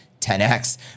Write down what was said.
10x